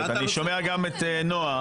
אני שומע גם את נועה.